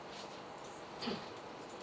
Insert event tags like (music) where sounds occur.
(coughs)